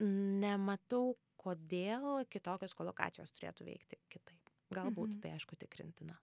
nematau kodėl kitokios kolokacijos turėtų veikti kitaip galbūt tai aišku tikrintina